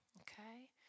Okay